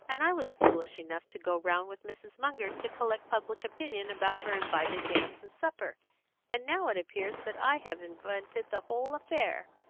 and i was foolish enough to go round with mrs. munger to collect public opinion about her invited dance and supper and now it appears that i have invented the whole affair.